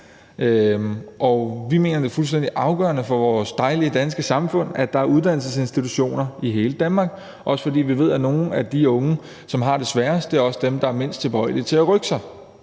Vi mener, det er fuldstændig afgørende for vores dejlige danske samfund, at der er uddannelsesinstitutioner i hele Danmark, også fordi vi ved, at nogle af de unge, som har det sværest, også er dem, der er mindst tilbøjelige til at rykke sig.